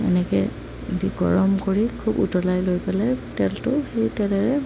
এনেকৈ গৰম কৰি খুব উতলাই লৈ পেলাই তেলটো সেই তেলেৰে